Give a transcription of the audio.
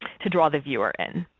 to draw the viewer in.